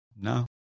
No